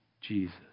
Jesus